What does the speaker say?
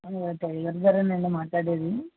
టైలర్గారేనా అండి మాట్లాడేది